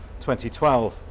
2012